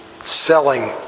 selling